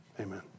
amen